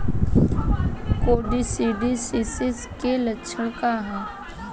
Coccidiosis के लक्षण का ह?